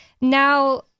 now